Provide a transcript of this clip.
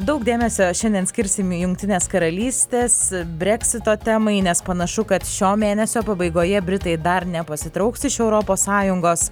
daug dėmesio šiandien skirsim jungtinės karalystės breksito temai nes panašu kad šio mėnesio pabaigoje britai dar nepasitrauks iš europos sąjungos